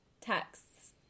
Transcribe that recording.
texts